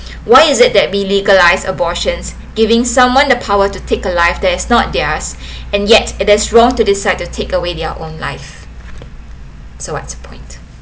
why is it that be legalised abortions giving someone the power to take a life that is not theirs and yet it is wrong to decide to take away their own life so what's the point